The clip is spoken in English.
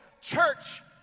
church